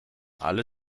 alle